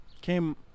came